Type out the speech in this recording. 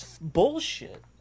Bullshit